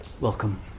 Welcome